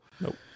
Nope